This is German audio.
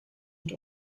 und